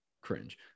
Cringe